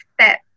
step